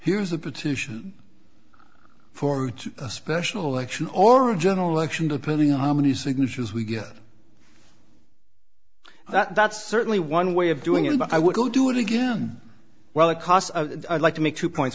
here's a petition for a special election or a general election depending on how many signatures we get that's certainly one way of doing it but i would do it again well it costs like to make two points